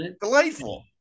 delightful